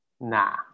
Nah